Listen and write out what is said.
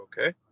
Okay